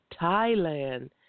Thailand